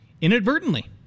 Inadvertently